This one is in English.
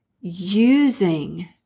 using